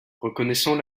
reconnaissant